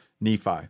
Nephi